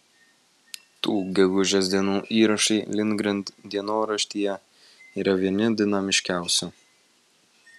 tų gegužės dienų įrašai lindgren dienoraštyje yra vieni dinamiškiausių